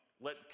let